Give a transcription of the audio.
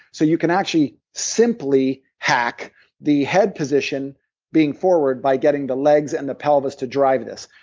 so you can actually simply hack the head position being forward by getting the legs and the pelvis to drive this.